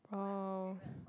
oh